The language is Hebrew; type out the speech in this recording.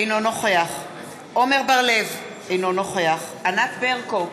אינו נוכח עמר בר-לב, אינו נוכח ענת ברקו,